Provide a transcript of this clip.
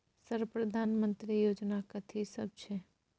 Sir प्रधानमंत्री योजना कथि सब छै?